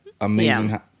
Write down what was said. Amazing